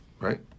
Right